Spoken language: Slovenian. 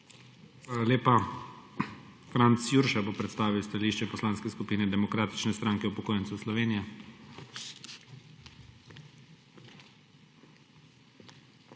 lepa. Franc Jurša bo postavil stališče Poslanske skupine Demokratične stranke upokojencev Slovenije.